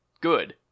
good